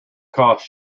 costs